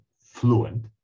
fluent